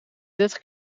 dertig